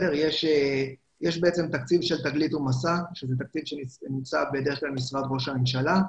יש תקציב של תגלית ומסע שזה תקציב שבדרך כלל נמצא במשרד ראש הממשלה.